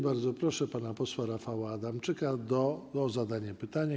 Bardzo proszę pana posła Rafała Adamczyka o zadanie pytania.